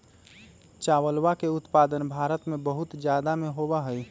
चावलवा के उत्पादन भारत में बहुत जादा में होबा हई